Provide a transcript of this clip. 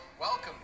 Welcome